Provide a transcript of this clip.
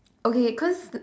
okay cause